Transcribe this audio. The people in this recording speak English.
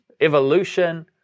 evolution